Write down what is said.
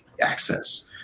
access